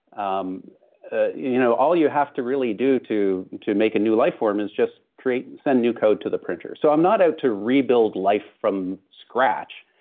um ah you know all you have to really do to to make a new life form is just create, send new code to the printer. so i'm not out to rebuild life from scratch.